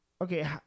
Okay